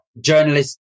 journalists